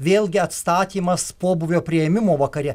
vėlgi atstatymas pobūvio priėmimo vakare